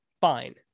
fine